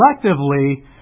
collectively